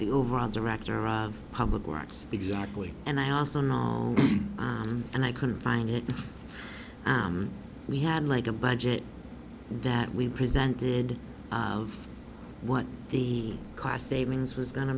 the overall director of public works exactly and i asked him and i couldn't find it we had like a budget that we presented of what the cost savings was go